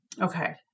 Okay